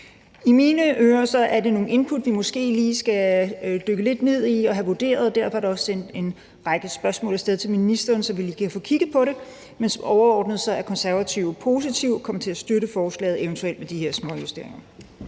I mine ører er det nogle input, vi måske lige skal dykke lidt ned i og have vurderet, og derfor er der også sendt en række spørgsmål af sted til ministeren, så vi lige kan få kigget på det. Men overordnet er Konservative positive og kommer til at støtte forslaget, eventuelt med de her småjusteringer.